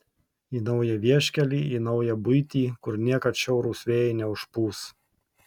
į naują vieškelį į naują buitį kur niekad šiaurūs vėjai neužpūs